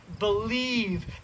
believe